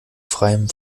freiem